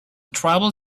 tribal